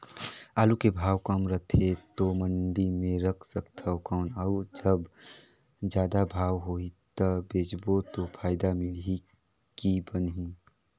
आलू के भाव कम रथे तो मंडी मे रख सकथव कौन अउ जब जादा भाव होही तब बेचबो तो फायदा मिलही की बनही?